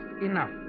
enough